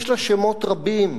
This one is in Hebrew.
יש לה שמות רבים: